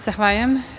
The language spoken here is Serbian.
Zahvaljujem.